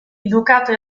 educato